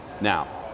Now